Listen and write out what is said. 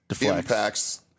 impacts